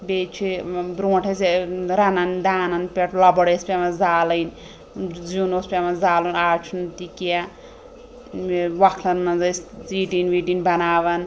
بیٚیہِ چھِ برٛونٛٹھ ٲسۍ ٲں رَنان دانن پٮ۪ٹھ لۄبَر ٲسۍ پیٚوان زالٕنۍ ٲں زیٛن اوس پیٚوان زالُن آز چھُنہٕ تہِ کیٚنٛہہ ٲں ووٚکھلَن منٛز ٲسۍ ژیٖٹِنۍ ویٖٹِنۍ بَناوان